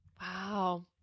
Wow